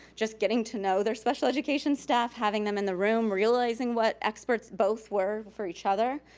just getting to know their special education staff, having them in the room, realizing what experts both were for each other.